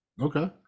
okay